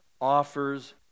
offers